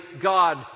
God